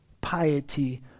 piety